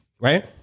right